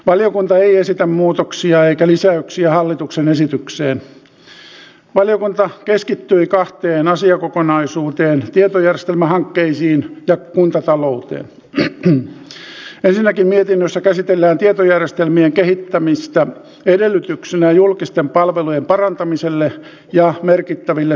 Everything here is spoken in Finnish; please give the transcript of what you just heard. valiokunta ei esitä muutoksia eikä liikenne ja viestintäministeriön hallinnonalalla on ihan positiivisiakin asioita kaikkien kansalaisten ja yhteiskunnan kannalta näinä vaikeina aikoina jolloin tuntuu että kaikesta vain säästetään